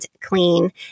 clean